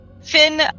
Finn